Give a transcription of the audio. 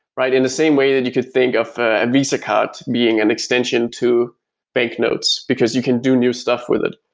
right? in the same way that you could think of a visa card being an extension to banknotes, because you can do new stuff with it.